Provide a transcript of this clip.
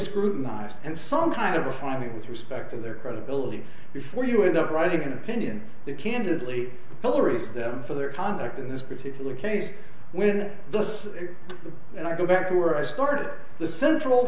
scrutinized and some kind of refining with respect to their credibility before you end up writing an opinion that candidly whether it's them for their conduct in this particular case when it does and i go back to where i started the central